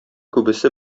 күбесе